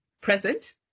present